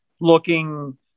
looking